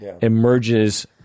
emerges